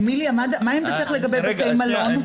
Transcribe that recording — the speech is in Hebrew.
אמיליה, מה עמדתך לגבי בתי מלון?